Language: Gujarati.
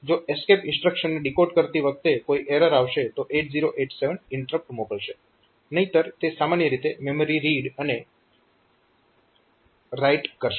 જો ESC ઇન્સ્ટ્રક્શનને ડીકોડ કરતી વખતે કોઈ એરર આવશે તો 8087 ઈન્ટરપ્ટ મોકલશે નહિંતર તે સામાન્ય રીતે મેમરી રીડ અથવા રાઈટ કરશે